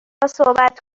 صحبت